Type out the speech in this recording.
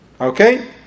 Okay